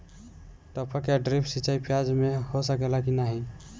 टपक या ड्रिप सिंचाई प्याज में हो सकेला की नाही?